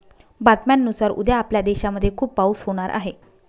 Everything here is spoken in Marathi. बातम्यांनुसार उद्या आपल्या देशामध्ये खूप पाऊस होणार आहे